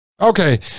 okay